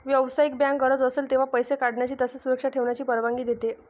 व्यावसायिक बँक गरज असेल तेव्हा पैसे काढण्याची तसेच सुरक्षित ठेवण्याची परवानगी देते